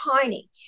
tiny